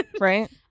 Right